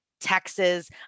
Texas